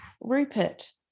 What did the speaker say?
rupert